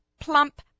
plump